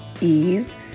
ease